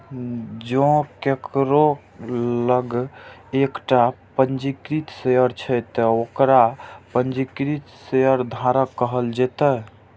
जों केकरो लग एकटा पंजीकृत शेयर छै, ते ओकरा पंजीकृत शेयरधारक कहल जेतै